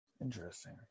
interesting